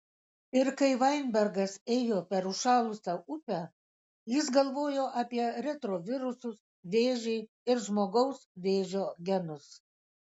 ir kai vainbergas ėjo pro užšalusią upę jis galvojo apie retrovirusus vėžį ir žmogaus vėžio genus